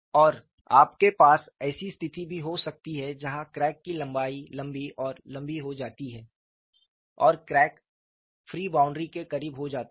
और आपके पास ऐसी स्थिति भी हो सकती है जहां क्रैक की लंबाई लंबी और लंबी हो जाती है और क्रैक फ्री बाउंड्री के करीब हो जाती है